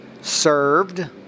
served